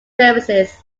surfaces